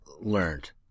learned